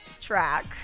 track